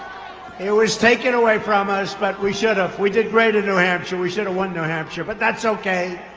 it was taken away from us, but we should've. we did great in new hampshire. we should've won new hampshire, but that's ok.